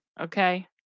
Okay